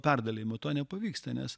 perdalijimo to nepavyksta nes